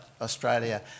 Australia